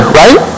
right